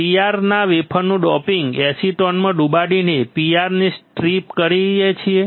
PR ના વેફરનું doping એસિટોનમાં ડુબાડીને PR ને સ્ટ્રીપ કરીએ છીએ